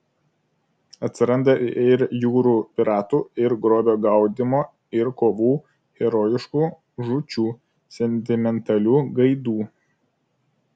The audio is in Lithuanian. atsiranda ir jūrų piratų ir grobio gaudymo ir kovų herojiškų žūčių sentimentalių gaidų